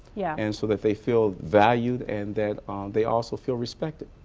yeah and so that they feel valued and that they also feel respected.